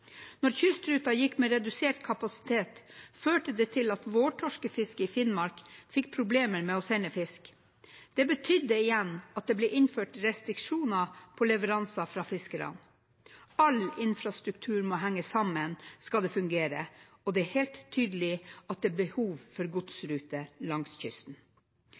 gikk med redusert kapasitet, førte det til at vårtorskefisket i Finnmark fikk problemer med å sende fisk. Det betydde igjen at det ble innført restriksjoner på leveranser fra fiskerne. All infrastruktur må henge sammen, skal det fungere, og det er helt tydelig at det er behov for godsruter langs kysten.